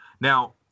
Now